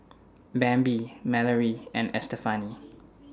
Bambi Malorie and Estefani